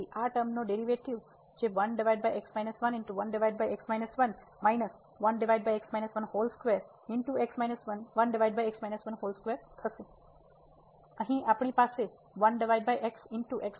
તેથી આ ટર્મનો ડેરિવેટિવ જે છે તે માઇનસ થઈ જશે અહીં આપણી પાસે છે